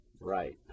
Right